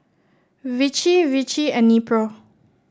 Vichy Vichy and Nepro